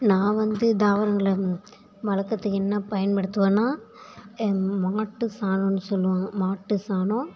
நான் வந்து தாவரங்களை வளர்க்குறதுக்கு என்ன பயன்படுத்துவேன்னா மாட்டு சாணம் சொல்லுவாங்க மாட்டு சாணம்